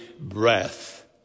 breath